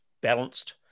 balanced